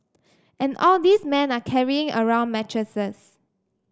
and all these men are carrying around mattresses